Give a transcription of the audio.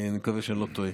אני מקווה שאני לא טועה.